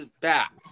back